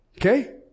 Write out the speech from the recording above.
Okay